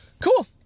Cool